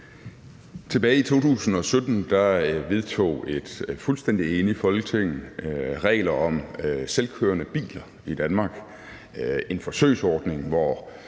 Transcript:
Tilbage i 2017 vedtog et fuldstændig enigt Folketing regler om selvkørende biler i Danmark. Det var en forsøgsordning, hvor